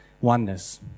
Oneness